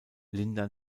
linda